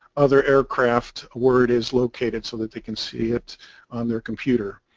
other aircraft word is located so that they can see it on their computer.